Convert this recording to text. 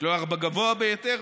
לא הגבוה ביותר,